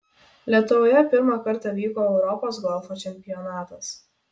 lietuvoje pirmą kartą vyko europos golfo čempionatas